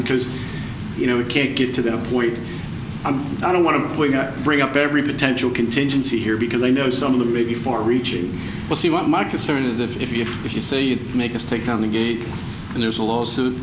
because you know we can't get to that point and i don't want to bring up every potential contingency here because i know some of them may be far reaching to see what my concern is if you if you say you make us take on the gate and there's a lawsuit